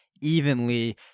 Evenly